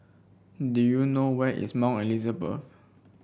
do you know where is Mount Elizabeth